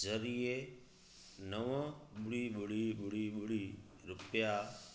ज़रिए नवं ॿुड़ी ॿुड़ी ॿुड़ी ॿुड़ी रुपिया